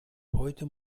heute